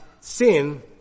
Sin